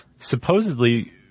Supposedly